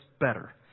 better